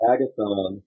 Agathon